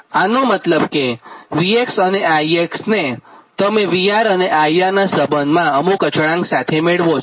આનો મતલબ કે V અને I તમે VR અને IR નાં સંબંધમાં અમુક અચળાંક સાથે મેળવો છો